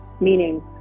meaning